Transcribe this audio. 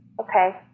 Okay